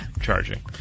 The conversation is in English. charging